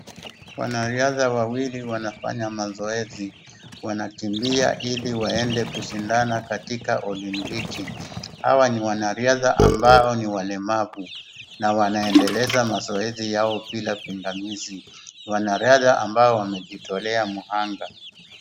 Wanariadha wawili wanafanya mazoezi, wanakimbia ili waende kushindana katika Olyimpiki. Hawa ni wanariadha ambao ni walemavu na wanaendeleza mazoezi yao bila pingamizi. Wanariadha ambao wanajitolea mhanga.